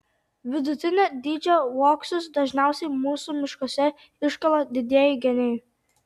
vidutinio dydžio uoksus dažniausiai mūsų miškuose iškala didieji geniai